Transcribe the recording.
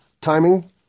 timing